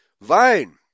Vine